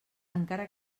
encara